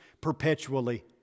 perpetually